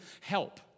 help